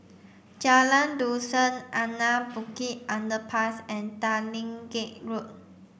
Jalan Dusan Anak Bukit Underpass and Tanglin Gate Road